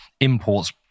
imports